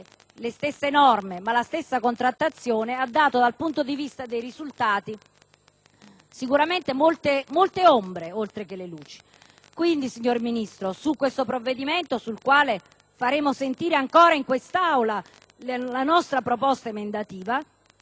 le stesse norme, ma anche la stessa contrattazione hanno dato dal punto di vista dei risultati sicuramente molte ombre oltre che luci. Dunque, signor Ministro, su questo provvedimento faremo sentire ancora in quest'Aula la nostra proposta emendativa.